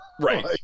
Right